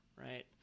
right